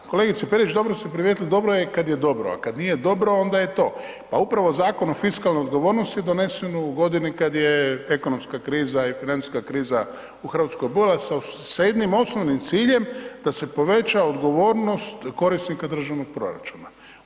Da, kolegice Perić dobro ste primijetili, dobro je kad je dobro, a kad nije dobro onda je to, pa upravo Zakon o fiskalnoj odgovornosti donesen je u godini kad je ekonomska kriza i financijska kriza u RH bujala, sa jednim osnovnim ciljem da se poveća odgovornost korisnika državnog proračuna.